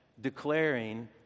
declaring